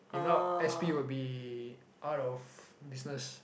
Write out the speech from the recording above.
if not s_p would be out of business